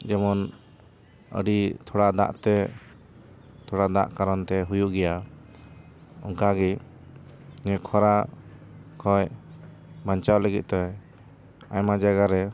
ᱡᱮᱢᱚᱱ ᱟᱹᱰᱤ ᱛᱷᱚᱲᱟ ᱫᱟᱜ ᱛᱮ ᱛᱷᱚᱲᱟ ᱫᱟᱜ ᱠᱟᱨᱚᱱ ᱛᱮ ᱦᱩᱭᱩᱜ ᱜᱮᱭᱟ ᱚᱱᱠᱟ ᱜᱮ ᱱᱤᱭᱟᱹ ᱠᱷᱚᱨᱟ ᱠᱷᱚᱱ ᱵᱟᱧᱪᱟᱣ ᱞᱟᱹᱜᱤᱫ ᱛᱮ ᱟᱭᱢᱟ ᱡᱟᱭᱜᱟ ᱨᱮ